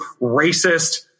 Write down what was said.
racist